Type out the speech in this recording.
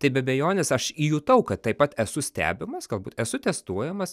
tai be abejonės aš jutau kad taip pat esu stebimas galbūt esu testuojamas